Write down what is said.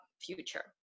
future